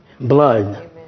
blood